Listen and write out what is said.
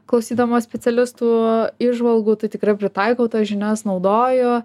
klausydama specialistų įžvalgų tai tikrai pritaikau tas žinias naudoju